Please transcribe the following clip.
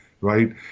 right